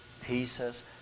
pieces